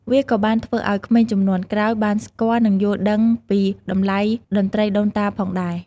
វាក៏បានធ្វើឲ្យ ក្មេងជំនាន់ក្រោយ បានស្គាល់ និងយល់ដឹងពីតម្លៃតន្ត្រីដូនតាផងដែរ។